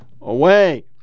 away